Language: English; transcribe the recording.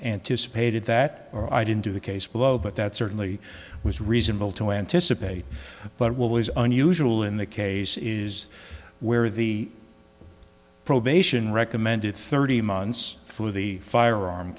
anticipated that or i didn't do the case below but that certainly was reasonable to anticipate but it was unusual in the case is where the probation recommended thirty months for the firearm